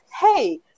hey